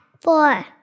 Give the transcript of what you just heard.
four